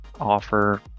offer